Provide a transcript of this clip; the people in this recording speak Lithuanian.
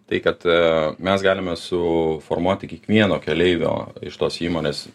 tai kad mes galime su formuoti kiekvieno keleivio iš tos įmonės